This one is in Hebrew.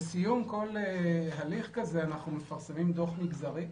בסיום כל הליך כזה אנחנו מפרסמים דוח מגזרי.